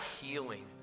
healing